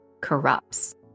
corrupts